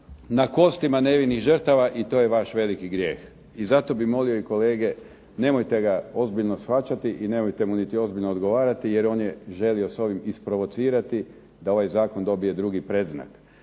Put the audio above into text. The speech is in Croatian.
na kostima nevinih žrtava i to je vaš veliki grijeh, i zato bih molio kolege nemojte ga ozbiljno shvaćati i nemojte mu niti ozbiljno odgovarati jer on je želio s ovim isprovocirati da ovaj Zakon dobije drugi predznak.